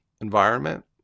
environment